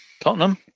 Tottenham